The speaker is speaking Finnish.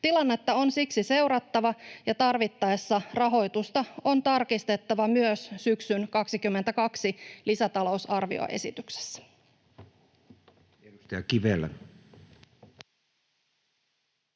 Tilannetta on siksi seurattava, ja tarvittaessa rahoitusta on tarkistettava myös syksyn 22 lisätalousarvioesityksessä.